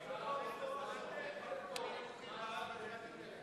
ההצעה להסיר מסדר-היום